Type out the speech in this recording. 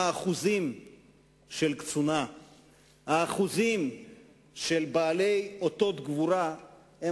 שיעור הקצינים והשיעור של בעלי אותות הגבורה הם